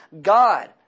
God